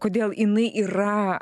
kodėl jinai yra